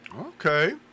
Okay